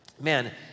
Man